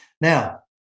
Now